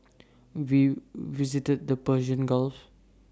we visited the Persian gulf